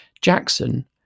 Jackson